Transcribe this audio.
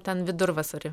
ten vidurvasarį